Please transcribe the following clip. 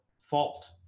fault